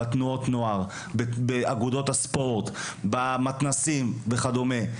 בתנועות נוער באגודות הספורט במתנ"סים וכדומה,